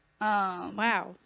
wow